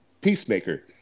peacemaker